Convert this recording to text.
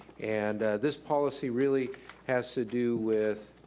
and this policy really has to do with,